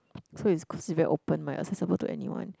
so is considered open might accessible to anyone